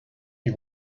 you